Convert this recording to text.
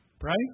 right